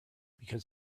because